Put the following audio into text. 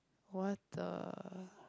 what the